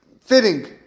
fitting